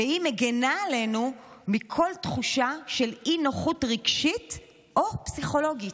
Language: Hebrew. והיא מגינה עלינו מכל תחושה של אי-נוחות רגשית או פסיכולוגית,